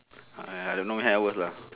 I I don't know that worse lah